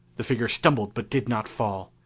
the figure stumbled but did not fall.